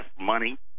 money